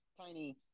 tiny